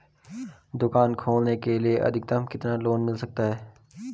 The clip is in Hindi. दुकान खोलने के लिए अधिकतम कितना लोन मिल सकता है?